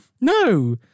No